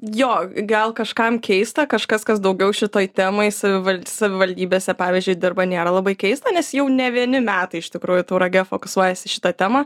jo gal kažkam keista kažkas kas daugiau šitoj temoj savival savivaldybėse pavyzdžiui dirba nėra labai keista nes jau ne vieni metai ištikrųjų tauragė fokusuojasi į šitą temą